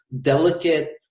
delicate